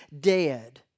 dead